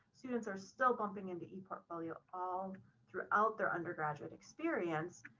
students are still bumping into eportfolio all throughout their undergraduate experience,